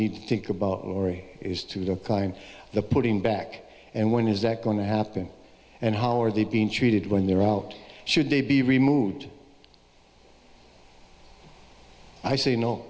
need to think about lori is to the guy and the putting back and when is that going to happen and how are they being treated when they're out should they be removed i say no